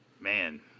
man